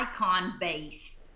icon-based